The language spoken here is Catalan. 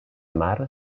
mar